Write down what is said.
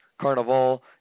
Carnival